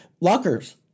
lockers